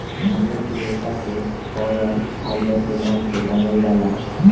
नारियल के रेशा के कॉयर फाइबर के नाम से जानल जाला